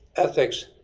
ethics,